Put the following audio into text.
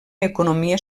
economia